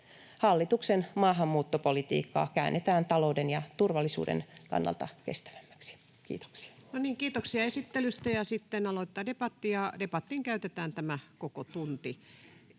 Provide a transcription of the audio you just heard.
Hallituksen maahanmuuttopolitiikkaa käännetään talouden ja turvallisuuden kannalta kestävämmäksi. — Kiitoksia. No niin, kiitoksia esittelystä. — Sitten aloitetaan debatti, ja debattiin käytetään tämä koko tunti.